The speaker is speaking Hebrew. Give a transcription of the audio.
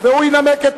מה קרה?